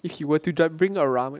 if you were to bring around